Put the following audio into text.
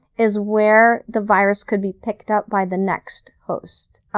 is where the virus can be picked up by the next host.